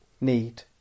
need